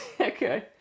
okay